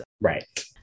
right